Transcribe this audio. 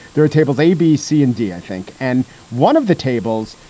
there are tables, abc and d, i think, and one of the tables.